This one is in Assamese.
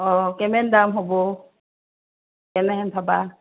অঁ কেমান দাম হ'ব কেনেহেন চাবা